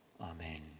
Amen